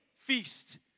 feast